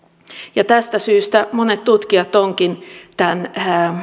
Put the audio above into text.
ja tästä syystä monet tutkijat ovatkin tämän